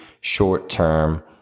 short-term